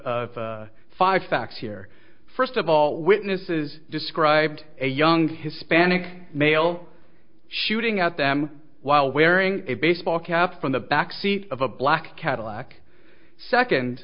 five facts here first of all witnesses described a young hispanic male shooting at them while wearing a baseball cap from the back seat of a black cadillac second